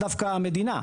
זה דווקא המדינה.